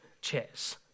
chairs